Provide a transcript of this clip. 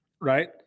Right